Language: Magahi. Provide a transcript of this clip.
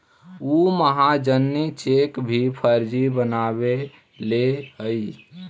उ महाजनी चेक भी फर्जी बनवैले हइ